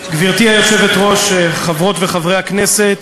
גברתי היושבת-ראש, חברות וחברי הכנסת,